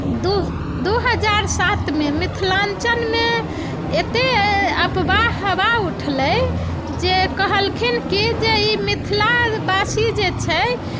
दू दू हजार सातमे मिथिलाञ्चलमे एतेक अफवाह हवा उठलै जे कहलखिन की जे ई मिथिलाबासी जे छै से